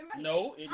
No